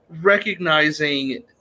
recognizing